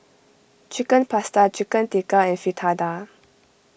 Chicken Pasta Chicken Tikka and Fritada